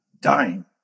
Dying